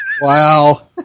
Wow